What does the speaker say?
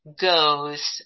goes